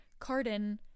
Cardin